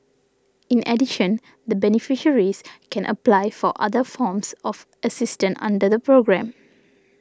in addition the beneficiaries can apply for other forms of assistance under the programme